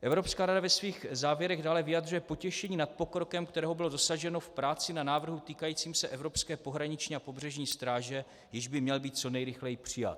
Evropská rada ve svých závěrech dále vyjadřuje potěšení nad pokrokem, kterého bylo dosaženo v práci na návrhu týkajícím se evropské pohraniční a pobřežní stráže, jenž by měl být co nejrychleji přijat.